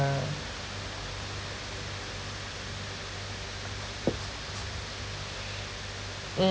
mm